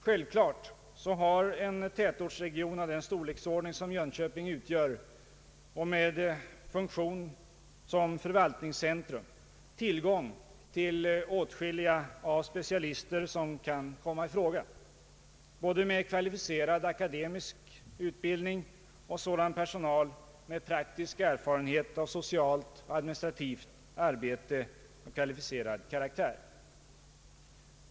Självklart har en kommun i Jönköpings storlek och med funktion som förvaltningscentrum tillgång till åtskilliga av de specialister som kan komma i fråga. Det gäller både personal med kvalificerad akademisk utbildning och personal med omfattande praktisk erfarenhet av socialt och administrativt arbete av kvalificerad karaktär.